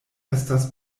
estas